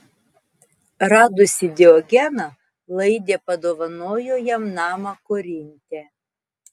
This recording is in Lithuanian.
radusi diogeną laidė padovanojo jam namą korinte